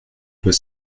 doit